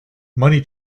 money